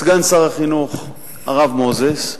סגן שר החינוך הרב מוזס,